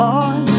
on